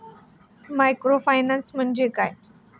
Microfinance म्हणजे काय?